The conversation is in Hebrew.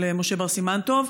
של משה בר סימן טוב.